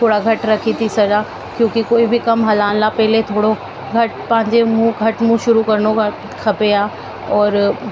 थोरा घटि रखी थी सघां छो की कोई बि कमु हलाइण लाइ पहिले थोरो घटि पंहिंजे मूं घटि शुरू करिणो ख खपे हां और